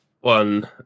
one